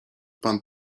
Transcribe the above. pan